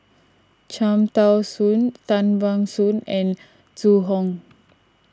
Cham Tao Soon Tan Ban Soon and Zhu Hong